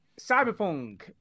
Cyberpunk